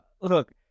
Look